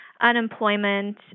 unemployment